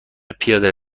پیاده